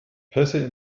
pässe